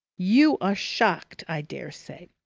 you are shocked, i dare say!